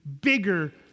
bigger